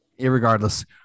Irregardless